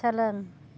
सोलों